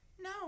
No